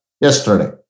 yesterday